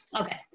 Okay